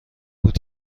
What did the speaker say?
بود